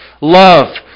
love